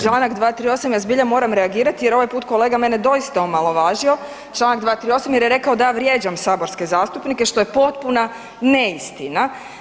Čl. 238. ja zbilja moram reagirati jer je ovaj put kolega mene doista omalovažio, čl. 238. jer je rekao da ja vrijeđam saborske zastupnike, što je potpuna neistina.